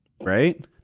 Right